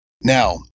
Now